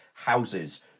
houses